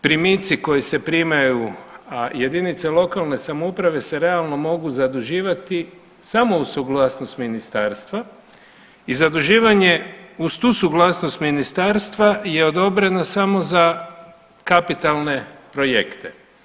Primici koji se primaju, a jedinice lokalne samouprave se realno mogu zaduživati samo uz suglasnost ministarstva, i zaduživanje uz tu suglasnost ministarstva je odobreno samo za kapitalne projekte.